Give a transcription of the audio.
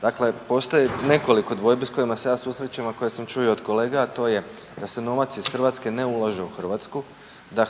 Dakle, postoji nekoliko dvojbi s kojima se ja susrećem, a koje sam čuo i od kolega, a to je da se novac iz Hrvatske ne ulaže u Hrvatsku, da